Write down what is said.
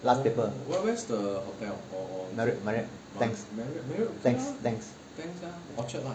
last paper Marriott Marriott Tangs Tangs Tangs